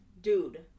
dude